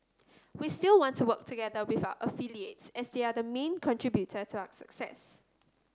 we still want to work together with our affiliates as they are the main contributor to our success